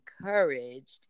encouraged